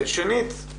שנית,